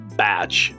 batch